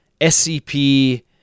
SCP